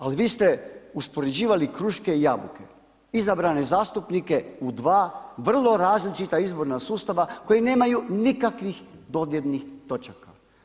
Ali vi ste uspoređivali kruške i jabuke, izabrane zastupnike u dva vrlo različita izborna sustava koji nemaju nikakvih dodirnih točaka.